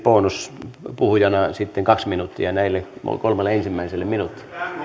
bonuspuhujana sitten kaksi minuuttia näille kolmelle ensimmäiselle